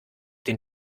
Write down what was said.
den